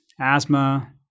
asthma